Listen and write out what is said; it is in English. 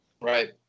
Right